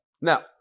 Now